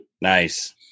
Nice